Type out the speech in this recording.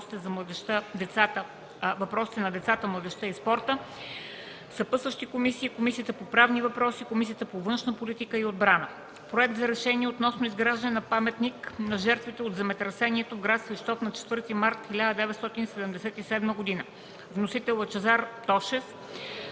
въпросите на децата, младежта и спорта. Съпътстващи са Комисията по правни въпроси и Комисията по външна политика и отбрана. Проект за решение относно изграждане на паметник на жертвите от земетресението в град Свищов на 4 март 1977 г. Вносител – народният